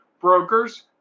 brokers